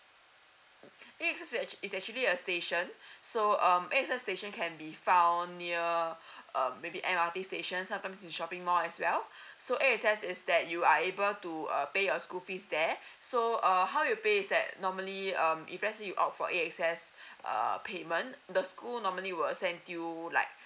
mm A_X_S is ac~ is actually a station so um A_X_S station can be found near um maybe M_R_T stations sometimes in the shopping mall as well so A_X_S is that you are able to uh pay your school fees there so uh how you pay is that normally um if let say you opt for A_X_S err payment the school normally will send you like